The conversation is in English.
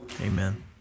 Amen